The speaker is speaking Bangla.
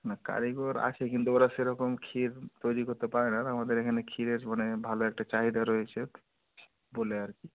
না কারিগর আছে কিন্তু ওরা সেরকম ক্ষীর তৈরি করতে পারে না আর আমাদের এখানে ক্ষীরের মানে ভালো একটা চাহিদা রয়েছে বলে আর কি